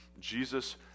Jesus